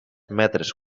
metres